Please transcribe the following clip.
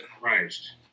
Christ